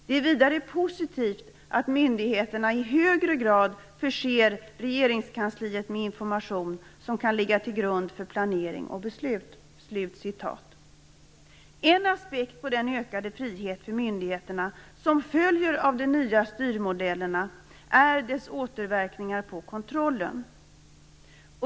Det är vidare positivt att myndigheterna i högre grad förser Regeringskansliet med information som kan ligga till grund för planering och beslut." En aspekt på den ökade frihet för myndigheterna som följer av de nya styrmodellerna är dess återverkningar på kontrollen.